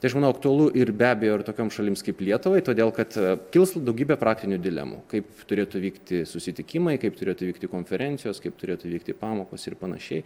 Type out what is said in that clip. tai aš manau aktualu ir be abejo ir tokioms šalims kaip lietuvai todėl kad kils daugybė praktinių dilemų kaip turėtų vykti susitikimai kaip turėtų vykti konferencijos kaip turėtų vykti pamokos ir panašiai